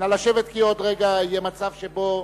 נא לשבת, כי עוד רגע יהיה מצב שבו